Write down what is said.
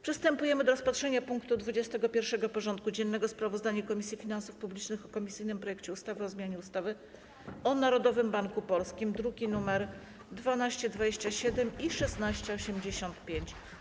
Przystępujemy do rozpatrzenia punktu 21. porządku dziennego: Sprawozdanie Komisji Finansów Publicznych o komisyjnym projekcie ustawy o zmianie ustawy o Narodowym Banku Polskim (druki nr 1227 i 1685)